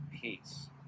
peace